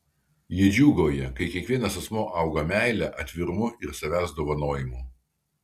ji džiūgauja kai kiekvienas asmuo auga meile atvirumu ir savęs dovanojimu